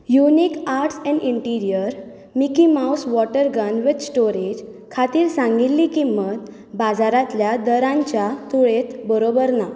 unique arts and interiors Mickey Mouse water gun with storage खातीर सांगिल्ली किंमत बाजारांतल्या दरांच्या तुळेंत बरोबर ना